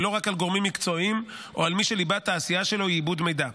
ולא רק על גורמים מקצועיים או על מי שליבת העשייה שלו היא עיבוד מידע.